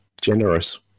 generous